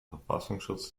verfassungsschutz